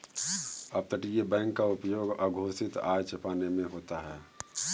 अपतटीय बैंक का उपयोग अघोषित आय छिपाने में होता है